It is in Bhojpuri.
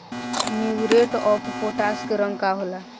म्यूरेट ऑफपोटाश के रंग का होला?